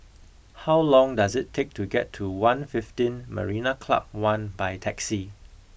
how long does it take to get to One fifteen Marina Club One by taxi